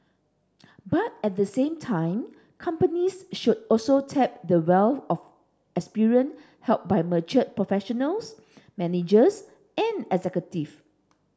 but at the same time companies should also tap the wealth of experience held by mature professionals managers and executive